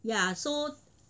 ya so